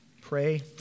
pray